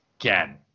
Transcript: Again